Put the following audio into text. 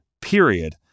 period